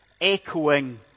echoing